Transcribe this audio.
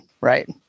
Right